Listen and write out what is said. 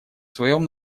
своем